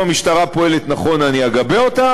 אם המשטרה פועלת נכון אני אגבה אותה,